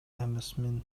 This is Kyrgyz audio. эмесмин